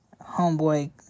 Homeboy